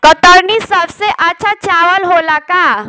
कतरनी सबसे अच्छा चावल होला का?